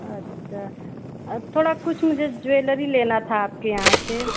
अच्छा थोड़ा कुछ मुझे ज्वेलरी लेना था आपके यहाँ से